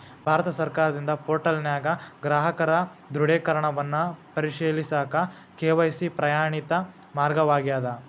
ಭಾರತ ಸರ್ಕಾರದಿಂದ ಪೋರ್ಟಲ್ನ್ಯಾಗ ಗ್ರಾಹಕರ ದೃಢೇಕರಣವನ್ನ ಪರಿಶೇಲಿಸಕ ಕೆ.ವಾಯ್.ಸಿ ಪ್ರಮಾಣಿತ ಮಾರ್ಗವಾಗ್ಯದ